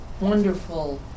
wonderful